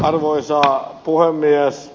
arvoisa puhemies